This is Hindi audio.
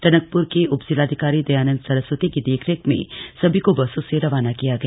टनकप्र के उपजिलाधिकारी दयानंद सरस्वती की देखरेख में सभी को बसों से रवाना किया गया